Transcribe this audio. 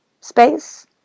space